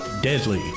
deadly